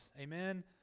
amen